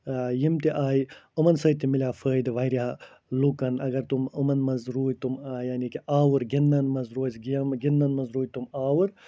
یِم تہِ آیہِ یِمَن سۭتۍ تہِ مِلیو فٲیدٕ واریاہ لُکَن اَگر تِم یِمَن منٛز روٗدۍ تِم یعنی کہِ آوُر گِنٛدنَن منٛز روزِ گیمہٕ گِنٛدنَن منٛز روٗدۍ تِم آوُر